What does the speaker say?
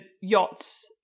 yachts